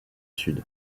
sud